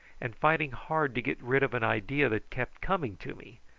and fighting hard to get rid of an idea that kept coming to me,